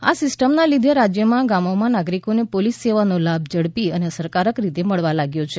આ સિસ્ટમના લીધે રાજ્યમાં ગામોમાં નાગરિકોને પોલીસ સેવાનો લાભ ઝડપથી અને અસરકારક રીતે મળવા લાગ્યો છે